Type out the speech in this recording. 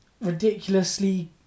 ridiculously